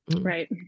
Right